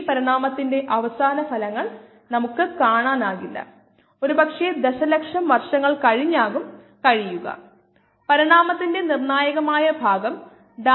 അതിനാൽ ഭിന്നസംഖ്യ ആവശ്യമുള്ളപ്പോൾ അതിനെ 100 കൊണ്ട് ഹരിക്കേണ്ടതുണ്ട് ഇത് 0